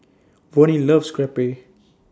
Vonnie loves Crepe